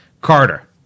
Carter